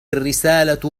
الرسالة